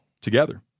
together